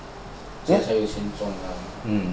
这样才有钱赚嘛